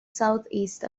southeast